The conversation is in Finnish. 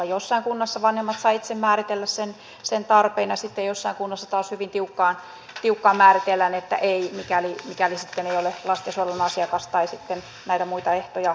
jossain kunnassa vanhemmat saavat itse määritellä sen tarpeen ja sitten jossain kunnassa taas hyvin tiukkaan määritellään että ei mikäli sitten ei ole lastensuojelun asiakas tai sitten nämä muut ehdot eivät täyty